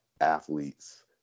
athletes